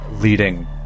leading